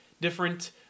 different